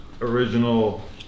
original